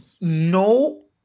No